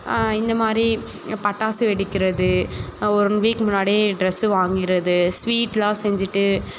இந்த மாதிரி பட்டாசு வெடிக்கிறது ஒரு ஒன் வீக் முன்னாடியே ட்ரெஸ்ஸு வாங்கிறது ஸ்வீட்டெலாம் செஞ்சுட்டு